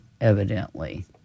evidently